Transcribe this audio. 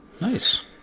Nice